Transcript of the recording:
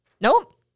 Nope